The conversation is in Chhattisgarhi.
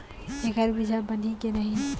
एखर बीजहा बनही के नहीं?